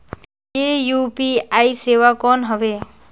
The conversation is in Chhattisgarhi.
ये यू.पी.आई सेवा कौन हवे?